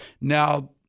now